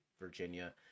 Virginia